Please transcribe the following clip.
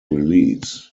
release